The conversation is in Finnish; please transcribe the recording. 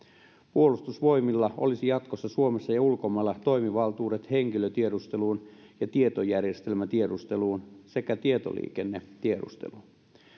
puolustusvoimilla olisi jatkossa suomessa ja ulkomailla toimivaltuudet henkilötiedusteluun ja tietojärjestelmätiedusteluun sekä tietoliikennetiedusteluun